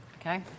Okay